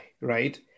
Right